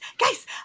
Guys